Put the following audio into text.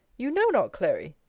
you know not, clary